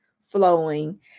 flowing